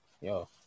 yo